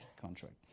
contract